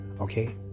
Okay